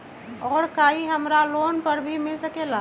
और का इ हमरा लोन पर भी मिल सकेला?